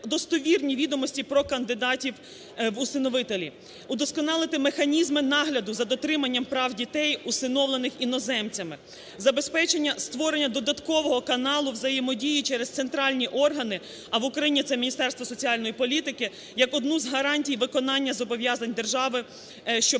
відомості про кандидатів усиновителів, удосконалити механізми нагляду за дотриманням прав дітей, усиновлених іноземцями, забезпечення створення додаткового каналу взаємодії через центральні органи, а в Україні це Міністерство соціальної політики, як одну з гарантій виконання зобов'язань держави, що